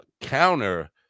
counter